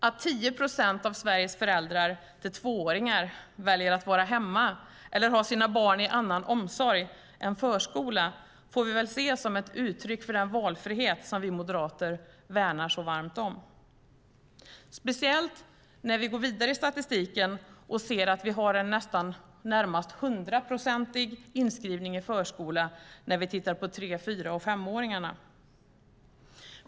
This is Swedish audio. Att 10 procent av Sveriges föräldrar till tvååringar väljer att vara hemma eller ha sina barn i annan omsorg än förskola får vi väl se som ett uttryck för den valfrihet som vi moderater värnar så varmt om. Det gäller speciellt när vi går vidare i statistiken och ser att vi närmast har en hundraprocentig inskrivning i förskola när vi tittar på tre-, fyra och femåringarna.